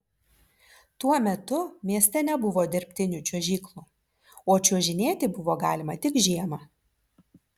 tuo metu mieste nebuvo dirbtinų čiuožyklų o čiuožinėti buvo galima tik žiemą